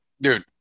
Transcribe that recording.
Dude